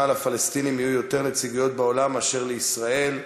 לפלסטינים יהיו יותר נציגויות בעולם מאשר לישראל,